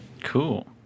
cool